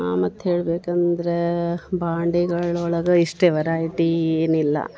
ಮತ್ತು ಹೇಳ್ಬೇಕಂದ್ರೆ ಬಾಂಡೆಗಳು ಒಳಗೆ ಇಷ್ಟೆ ವೆರೈಟೀ ಏನಿಲ್ಲ